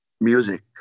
music